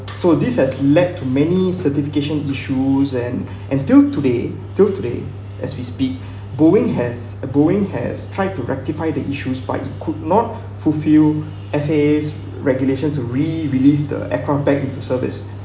so this has led to many certification issues and until today till today as we speak boeing has a boeing has tried to rectify the issues but it could not fulfil F_A's regulations to release the aircraft back into service